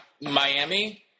Miami –